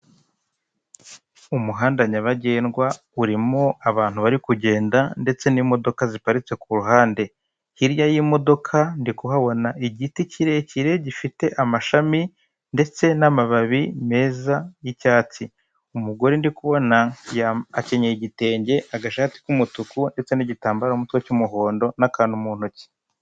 Umuhanda nyabagendwa urimo abantu bari kugenda ndetse n'imodoka ziparitse ku ruhande. Hirya y'imodoka ndi kuhabona igiti kirekire gifite amashami ndetse n'amababi meza y'icyatsi. Umugore ndi kubona acyenyeye igitenge, agashati k'umutuku ndetse n'igatambaro mu mutwe cy'umuhondo, n'akantu mu ntoki.